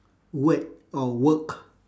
word or work